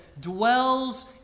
Dwells